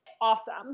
awesome